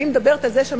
אני מדברת על זה שהממשלה,